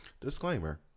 Disclaimer